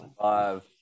Five